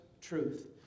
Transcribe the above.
truth